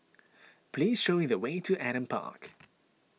please show me the way to Adam Park